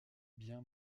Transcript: bien